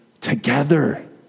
together